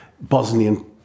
Bosnian